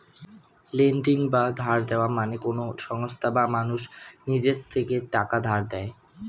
lending বা ধার দেওয়া মানে কোন সংস্থা বা মানুষ নিজের থেকে টাকা ধার দেয়